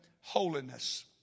holiness